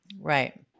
Right